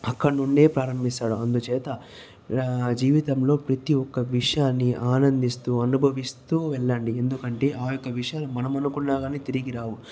అక్కడ నుండే ప్రారంభిస్తాడు అందుచేత జీవితంలో ప్రతి ఒక్క విషయాన్ని ఆనందిస్తూ అనుభవిస్తూ వెళ్ళండి ఎందుకంటే ఆ యొక్క విషయాలు మనం అనుకున్న గాని తిరిగి రావు